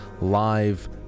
live